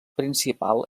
principal